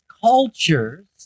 cultures